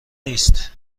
نیست